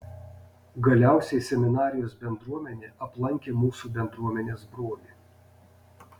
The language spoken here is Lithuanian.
galiausiai seminarijos bendruomenė aplankė mūsų bendruomenės brolį